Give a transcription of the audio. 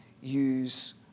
use